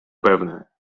pewne